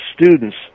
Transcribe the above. students